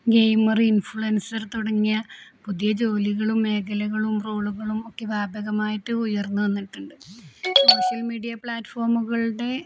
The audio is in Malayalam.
ഗെയിമർ ഇൻഫ്ലുവൻസർ തുടങ്ങിയ പുതിയ ജോലികളും മേഖലകളും റോളുകളും ഒക്കെ വാപകമായിട്ട് ഉയർന്നുവന്നിട്ടുണ്ട് സോഷ്യൽ മീഡിയ പ്ലാറ്റ്ഫോമുകളുടെ